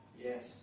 Yes